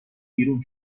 بیرون